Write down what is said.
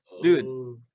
Dude